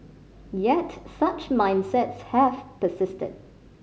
yet such mindsets have persisted